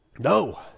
No